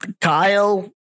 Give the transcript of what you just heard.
Kyle